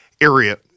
area